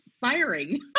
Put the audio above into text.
firing